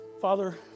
Father